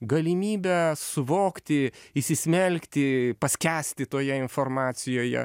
galimybę suvokti įsismelkti paskęsti toje informacijoje